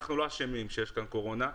אנחנו לא אשמים שיש כאן קורונה.